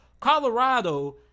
Colorado